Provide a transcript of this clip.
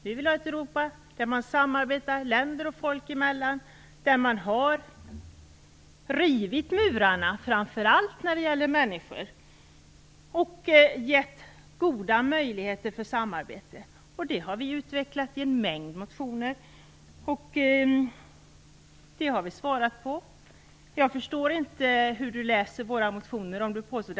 Vi vill ha ett Europa där man samarbetar länder och folk emellan och har rivit murarna, framför allt när det gäller människor, och gett goda möjligheter för samarbete. Det har vi utvecklat i en mängd motioner, och vi har svarat på frågor. Jag förstår inte hur Sten Tolgfors läser Miljöpartiets motioner.